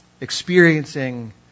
experiencing